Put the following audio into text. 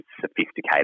sophisticated